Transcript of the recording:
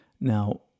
Now